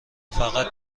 فقط